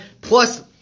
plus